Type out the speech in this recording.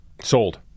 Sold